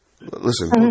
Listen